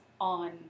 on